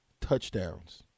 Touchdowns